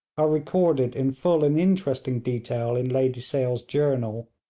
are recorded in full and interesting detail in lady sale's journal,